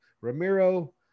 Ramiro